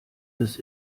des